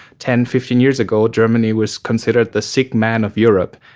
ten, fifteen years ago germany was considered the sick man of europe,